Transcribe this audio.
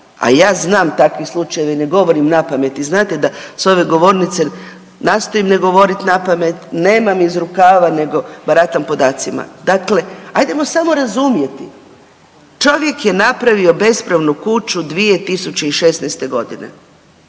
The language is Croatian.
a ja znam takvih slučajeva i ne govorim na pamet i znadete da s ove govornice nastojim ne govoriti na pamet, nemam iz rukava nego baratam podacima, dakle ajdemo samo razumjeti, čovjek je napravio bespravnu kuću 2016.g.